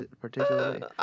particularly